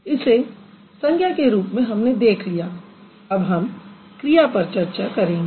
इसे संज्ञा के रूप में हमने देख लिया अब हम क्रिया पर चर्चा करेंगे